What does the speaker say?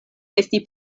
esti